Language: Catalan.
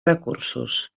recursos